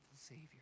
savior